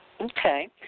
Okay